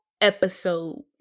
episode